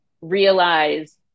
Realize